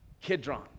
Kidron